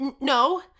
No